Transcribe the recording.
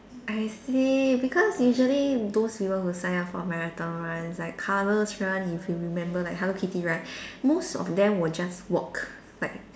I see because usually those people who sign up for marathon runs like colours run if you remember like Hello Kitty run most of them will just walk like